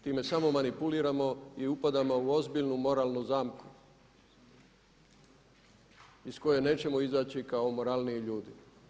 Time samo manipuliramo i upadamo u ozbiljnu moralnu zamku iz koje nećemo izaći kao moralniji ljudi.